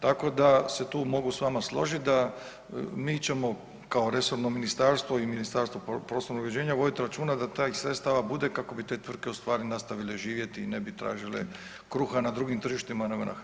Tako da se tu mogu s vama složiti da mi ćemo kao resorno ministarstvo i Ministarstvo prostornog uređenja voditi računa da tih sredstava bude kako bi te tvrtke ustvari nastavile živjeti i ne bi tražile kruha na drugim tržištima, nego na hrvatskom.